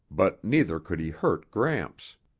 but neither could he hurt gramps.